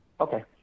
Okay